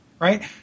Right